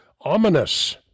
ominous